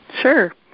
Sure